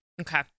Okay